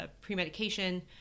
pre-medication